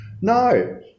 No